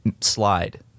Slide